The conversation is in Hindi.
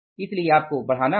इसलिए आपको बढ़ाना होगा